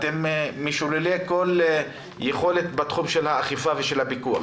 אתם משוללי כל יכולת בחום של האכיפה והפיקוח.